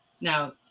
Now